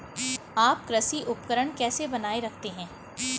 आप कृषि उपकरण कैसे बनाए रखते हैं?